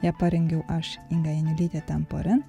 ją parengiau aš inga janiulytė tempori